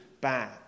bad